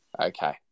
Okay